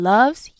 Loves